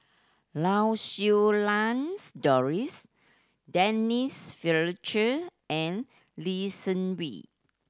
Lau Siew Lang's Doris Denise Fletcher and Lee Seng Wee